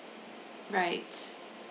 right